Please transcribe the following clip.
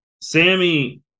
Sammy